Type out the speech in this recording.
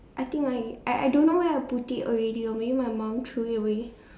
I think I I I don't know how where I put it already or maybe my mum threw it away